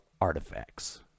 artifacts